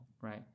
right